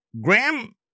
Graham